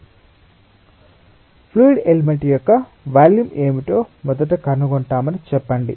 కాబట్టి fluid element యొక్క volume ఏమిటో మొదట కనుగొంటామని చెప్పండి